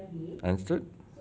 understood